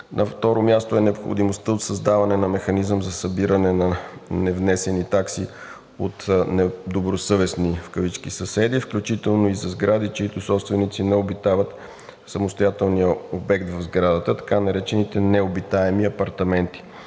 На второ място е необходимостта от създаване на механизъм за събиране на невнесени такси от недобросъвестни в кавички съседи, включително и за сгради, чиито собственици не обитават самостоятелния обект в сградата, така наречените необитаеми апартаменти.